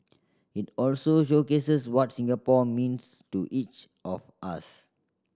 it also showcases what Singapore means to each of us